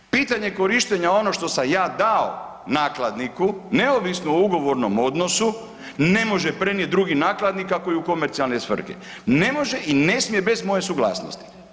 Pitanje korištenja ono što sam ja dao nakladniku neovisno o ugovornom odnosu ne može prenijeti drugi nakladnik ako je u komercijalne svrhe, ne može i ne smije bez moje suglasnosti.